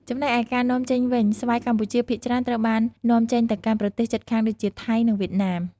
ចំណែកឯការនាំចេញវិញ ស្វាយកម្ពុជាភាគច្រើនត្រូវបាននាំចេញទៅកាន់ប្រទេសជិតខាងដូចជា ថៃ និងវៀតណាម។